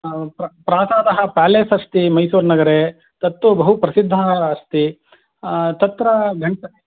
प्र प्रासादः पालेस् अस्ति मैसूरुनगरे तत्तु बहु प्रसिद्धः अस्ति तत्र घण्ट